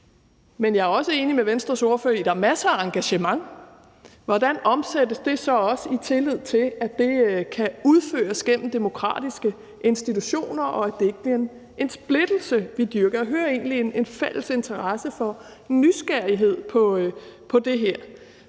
men jeg er også enig med Venstres ordfører i, at der er masser af engagement. Hvordan omsættes det så til tillid til, at det kan udføres gennem demokratiske institutioner, og at det ikke bliver en splittelse, vi dyrker? Jeg hører egentlig en fælles interesse og nysgerrighed i forhold